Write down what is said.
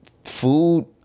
Food